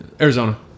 Arizona